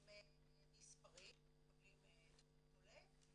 הם נספרים, הם מקבלים תעודת עולה.